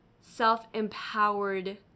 self-empowered